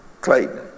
Clayton